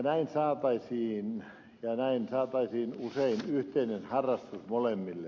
näin saataisiin usein yhteinen harrastus molemmille